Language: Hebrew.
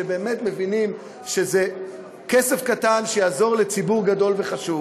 שבאמת מבינים שזה כסף קטן שיעזור לציבור גדול וחשוב,